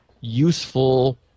useful